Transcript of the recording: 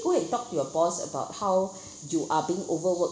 go and talk to your boss about how you are being overworked